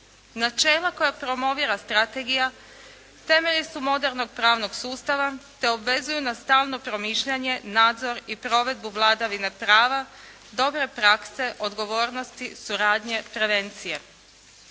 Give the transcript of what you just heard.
Načela koja promovira strategija temelji su modernog pravnog sustava te obvezuju na stalno promišljanje, nadzor i provedbu vladavine prava dobre prakse odgovornosti, suradnje, prevencije.